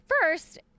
first